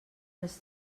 els